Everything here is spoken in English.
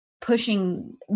pushing